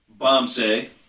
bombsay